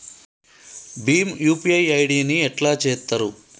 Bhim UPI ID ని ఎట్లా చేత్తరు?